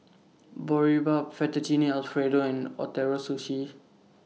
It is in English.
Boribap Fettuccine Alfredo and Ootoro Sushi